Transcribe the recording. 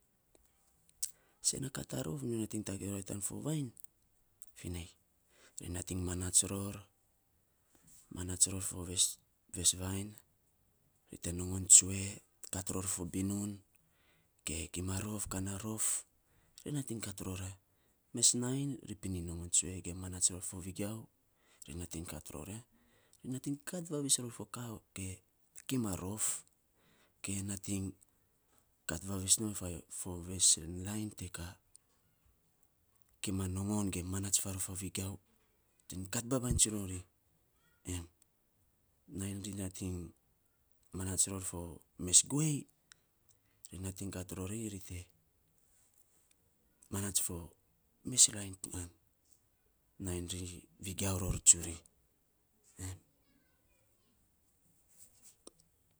Sen na kat ta rof, nyo nating tagei ror ya, tan fo vainy finei ri nating manaats ror, manaats ror fo ves vainy. Ri te nongon tsue, kat ror fo binun gge gima rof, kaa na rod, ri nating kat ror ya, mes nainy ri pinin nongon tsue ge manaats ro fo vegiau ri nating kat ror ya ri nating kat vavis fo ka oke kima rof. Ge nating kat vavis non fo ves lain te ka ma nongon ge manaats faarof fo vegiau nating kat babainy tsun rori. Nainy ri nating manaat ror fo mes guei, ri nating kat rori, ri te manaats fo mes nainy ri vegiau ror tsuri.